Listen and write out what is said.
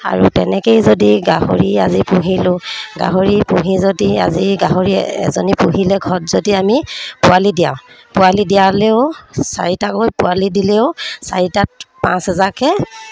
আৰু তেনেকৈয়ে যদি গাহৰি আজি পুহিলোঁ গাহৰি পুহি যদি আজি গাহৰি এজনী পুহিলে ঘৰত যদি আমি পোৱালি দিয়াওঁ পোৱালি দিয়ালেও চাৰিটাকৈ পোৱালি দিলেও চাৰিটাত পাঁচ হেজাৰকৈ